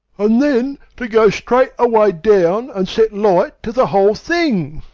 and then to go straight away down and set light to the whole thing!